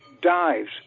dives